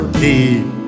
deep